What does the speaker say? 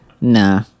Nah